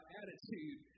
attitude